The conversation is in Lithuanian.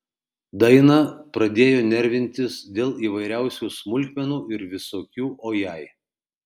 daina pradėjo nervintis dėl įvairiausių smulkmenų ir visokių o jei